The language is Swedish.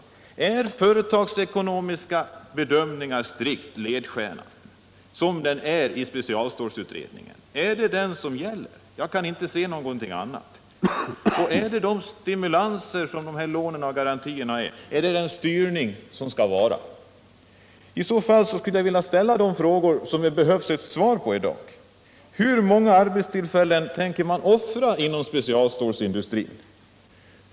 Är det strikt företagsekonomiska bedömningar, så som det är i specialstålutredningen? Är det dessa bedömningar som gäller? Jag kan inte se någonting annat. Är stimulanser i form av lån och garantier den styrning som skall komma i fråga? I så fall måste jag be om svar på ytterligare ett antal frågor: Hur många arbetstillfällen tänker man offra inom specialstålindustrin?